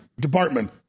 department